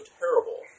terrible